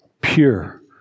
pure